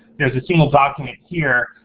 there's a single document here,